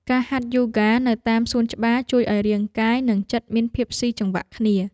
ការហាត់យូហ្គានៅតាមសួនច្បារ ជួយឱ្យរាងកាយ និងចិត្តមានភាពស៊ីចង្វាក់គ្នា។